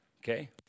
Okay